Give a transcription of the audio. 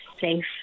safe